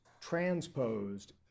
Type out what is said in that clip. transposed